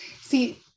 See